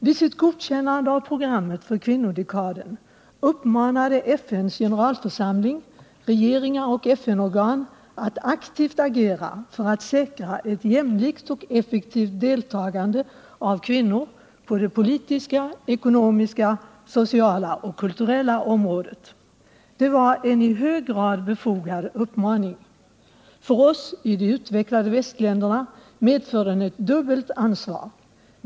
Vid sitt godkännande av programmet för kvinnodekaden uppmanade FN:s generalförsamling regeringar och FN-organ att agera aktivt för att säkra ett jämlikt och effektivt deltagande av kvinnor på det politiska, ekonomiska, sociala och kulturella området. Det var en i hög grad befogad uppmaning. För oss i de utvecklade västländerna medför den ett dubbelt ansvar.